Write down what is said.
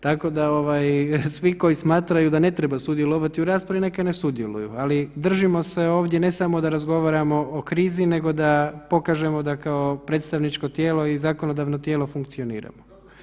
Tako da svi koji smatraju da ne trebaju sudjelovati u raspravi neka ne sudjeluju, ali držimo se ovdje ne samo da razgovaramo o krizi nego da pokažemo da kao predstavničko i zakonodavno tijelo funkcioniramo.